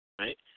right